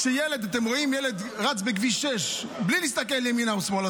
כשאתם רואים ילד רץ בכביש 6 בלי להסתכל ימינה ושמאלה,